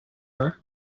her